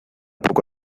poco